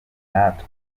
natwe